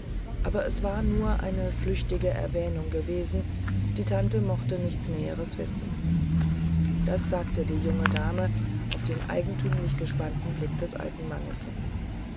aber es war nur eine flüchtige erwähnung gewesen die tante mochte nichts näheres wissen das sagte die junge dame auf den eigentümlich gespannten blick des alten mannes hin